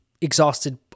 exhausted